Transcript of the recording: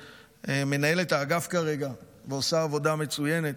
מנהלת האגף כרגע שעושה עבודה מצוינת,